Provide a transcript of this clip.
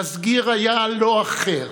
המסגיר היה לא אחר